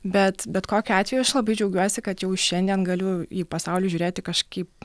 bet bet kokiu atveju aš labai džiaugiuosi kad jau šiandien galiu į pasaulį žiūrėti kažkaip